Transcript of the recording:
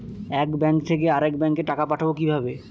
এক ব্যাংক থেকে আরেক ব্যাংকে টাকা পাঠাবো কিভাবে?